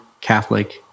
Catholic